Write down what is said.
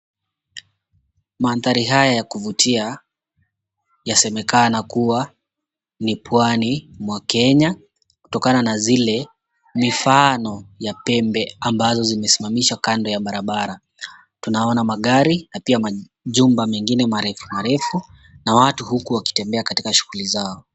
Maandhari haya ya kuvutia yasemekana kua ni pwani mwa Kenya, kutokana na zile mifano ya pembe ambazo zimeshimamishwa kando ya barabara. Tunaona magari na pia majumba mengine marefu marefu na watu huku wakitembea katika shughuli zao.